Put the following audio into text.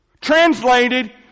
Translated